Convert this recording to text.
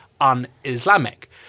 un-Islamic